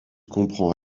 comprend